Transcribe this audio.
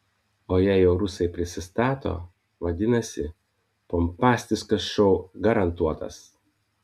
o jei jau rusai prisistato vadinasi pompastiškas šou garantuotas